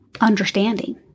understanding